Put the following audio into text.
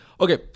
Okay